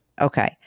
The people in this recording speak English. Okay